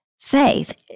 faith